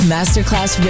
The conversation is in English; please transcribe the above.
Masterclass